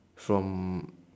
from